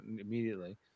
immediately